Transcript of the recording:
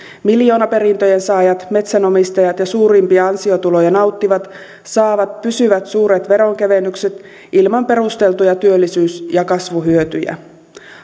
miljoonaperintöjen saajat metsänomistajat ja suurimpia ansiotuloja nauttivat saavat pysyvät suuret veronkevennykset ilman perusteltuja työllisyys ja kasvuhyötyjä